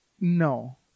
no